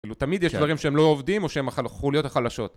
תמיד יש דברים שהם לא עובדים או שהם החוליות החלשות.